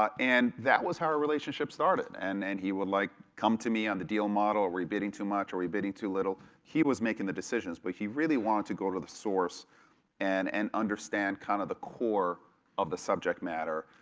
and that was how our relationship started. and and he would like come to me on the deal model, are we bidding to much, are we bidding to little? he was making the decisions but he really wanted to go to the source and and understand kind of the core of the subject matter.